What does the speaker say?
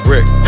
Rick